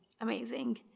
Amazing